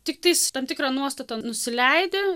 tiktais tam tikrą nuostatą nusileidę